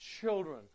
children